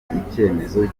icyemezo